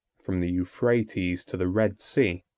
from the euphrates to the red sea.